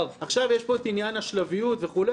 יש פה את עניין השלביות וכו'.